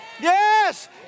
Yes